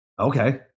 okay